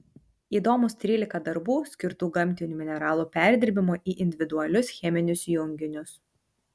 įdomūs trylika darbų skirtų gamtinių mineralų perdirbimui į individualius cheminius junginius